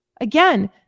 Again